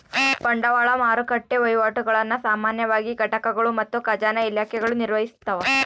ಬಂಡವಾಳ ಮಾರುಕಟ್ಟೆ ವಹಿವಾಟುಗುಳ್ನ ಸಾಮಾನ್ಯವಾಗಿ ಘಟಕಗಳು ಮತ್ತು ಖಜಾನೆ ಇಲಾಖೆಗಳು ನಿರ್ವಹಿಸ್ತವ